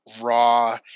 raw